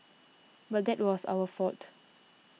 but that was our fault